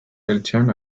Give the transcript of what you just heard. heltzean